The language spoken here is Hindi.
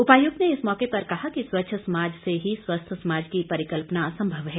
उपायुक्त ने इस मौके पर कहा कि स्वच्छ समाज से ही स्वस्थ समाज की परिकल्पना संभव है